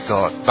God